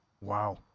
Wow